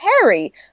Harry